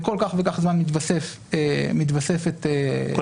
וכל כך וכך זמן מתווספת ריבית.